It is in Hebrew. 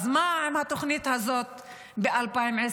אז מה עם התוכנית הזאת ב-2025?